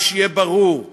ושיהיה ברור,